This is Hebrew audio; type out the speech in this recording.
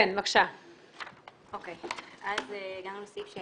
סעיף 7